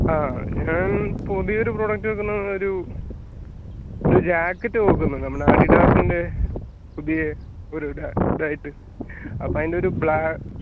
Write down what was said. അഹ് ഞാൻ പുതിയ ഒരു പ്രോഡക്റ്റ് നോക്കുന്നു ഒരു ജാക്കറ്റ് നോക്കുന്നു അഡിഡാസിൻ്റെ പുതിയ ഒരു ഇതായിട്ട് അപ്പോൾ അതിൻ്റെ ഒരു ബ്ലാക്ക്